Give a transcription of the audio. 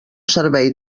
servei